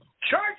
church